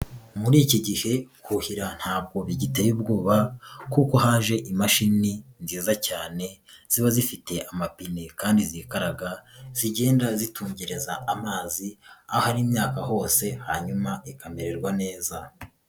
Muri iki gihe kuhira ntabwo bigiteye ubwoba kuko haje imashini nziza cyane, ziba zifite amapine kandi zikaraga, zigenda zitungereza amazi, ahari imyaka hose hanyuma ikamererwa neza.